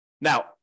Now